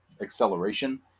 acceleration